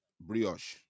brioche